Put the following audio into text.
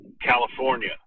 California